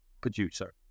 producer